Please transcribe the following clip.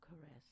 caress